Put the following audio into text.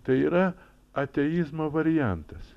tai yra ateizmo variantas